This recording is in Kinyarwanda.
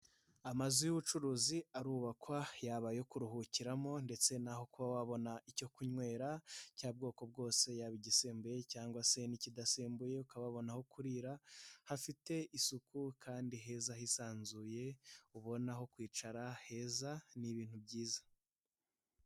Amazu y'ubucuruzi arubakwa yaba ayo kuruhukiramo ndetse naho kuba wabona icyo kunywera cy'ubwoko bwose yaba igisembuye cyangwa se n'ikidasembuye, ukabona aho kuruhukira hafite isuku kandi heza, hisanzuye ubona aho kwicara heza ni ibintu byiza.